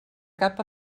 cap